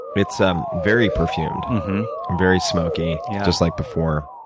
it's um very perfumed and very smoky just like before.